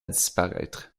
disparaître